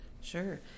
Sure